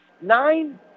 Nine